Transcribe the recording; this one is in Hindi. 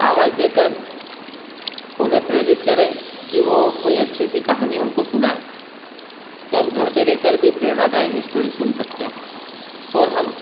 आवाज देकर उन्हें प्रेरित करें कि वो कोई अच्छी सी कहानी हमको सुनाएँ तो हम घर पर रहकर भी प्रेरणादायक स्टोरी सुन सकते हैं और हम